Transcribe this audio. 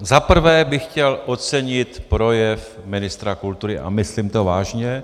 Za prvé bych chtěl ocenit projev ministra kultury a myslím to vážně.